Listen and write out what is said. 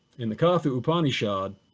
in the katha upanishad,